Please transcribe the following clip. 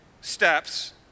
steps